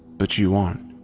but you aren't.